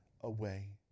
away